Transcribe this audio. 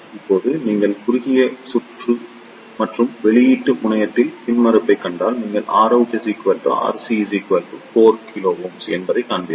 இப்போது நீங்கள் குறுகிய சுற்று மற்றும் வெளியீட்டு முனையத்தில் மின்மறுப்பைக் கண்டால் நீங்கள் Rout RC 4 k என்பதைக் காண்பீர்கள்